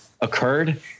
occurred